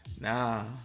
Nah